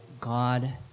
God